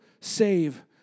save